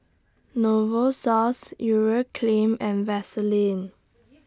Novosource Urea Cream and Vaselin